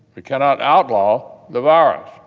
we cannot outlaw the virus.